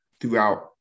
throughout